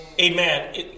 Amen